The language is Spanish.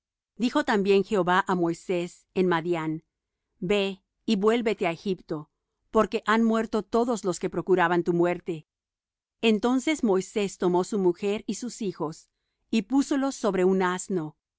dijo también jehová á moisés en madián ve y vuélvete á egipto porque han muerto todos los que procuraban tu muerte entonces moisés tomó su mujer y sus hijos y púsolos sobre un asno